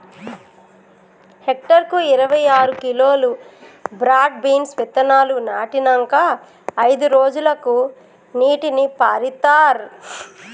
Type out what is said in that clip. hectare కు ఇరవై ఆరు కిలోలు బ్రాడ్ బీన్స్ విత్తనాలు నాటినంకా అయిదు రోజులకు నీటిని పారిత్తార్